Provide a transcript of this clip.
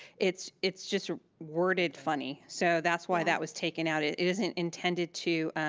it's it's just worded funny, so that's why that was taken out. it isn't intended to